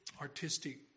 artistic